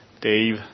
Dave